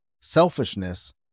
selfishness